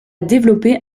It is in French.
développé